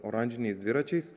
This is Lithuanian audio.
oranžiniais dviračiais